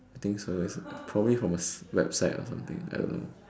I think so it's probably from like website or something I don't know